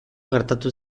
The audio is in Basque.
gertatu